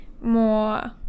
more